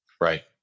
Right